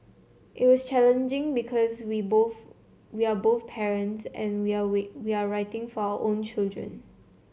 it was challenging because we both we are both parents and we we are writing for our own children